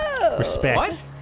Respect